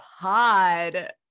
pod